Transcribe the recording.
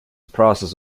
process